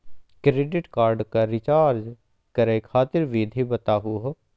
Credit card क recharge करै खातिर विधि बताहु हो?